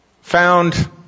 found